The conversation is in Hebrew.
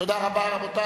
תודה רבה, רבותי.